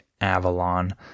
avalon